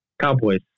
Cowboys